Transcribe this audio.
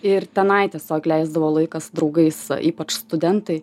ir tenai tiesiog leisdavo laiką draugais ypač studentai